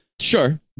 sure